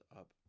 up